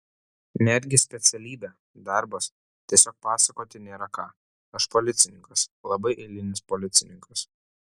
netgi specialybė darbas tiesiog pasakoti nėra ką aš policininkas labai eilinis policininkas